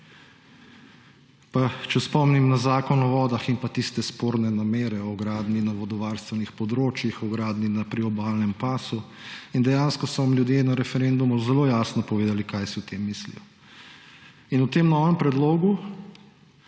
Pa če spomnim na Zakon o vodah in pa tiste sporne namere o gradnji na vodovarstvenih področjih, o gradnji na priobalnem pasu, in dejansko so vam ljudje na referendumu zelo jasno povedali, kaj si o tem mislijo. In v tem novem predlogu